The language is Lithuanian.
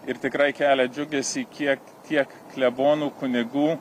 ir tikrai kelia džiugesį kiek kiek klebonų kunigų